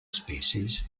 species